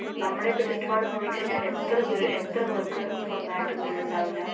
നമ്മുടെ ഇപ്പോൾ ചുറ്റുപാടും നോക്കി കഴിഞ്ഞാൽ എത്ര വീ എത്രപേർക്ക് സ്വന്തയിട്ട് വീടുണ്ടാവില്ല